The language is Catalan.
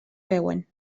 veuen